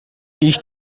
ich